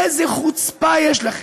איזו חוצפה יש לכם.